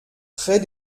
très